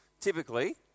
typically